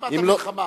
באשמת המלחמה.